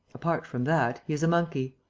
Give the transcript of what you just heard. apart from that, he is a monkey.